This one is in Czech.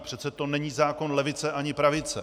Přece to není zákon levice ani pravice.